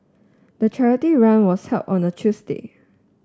the charity run was held on a Tuesday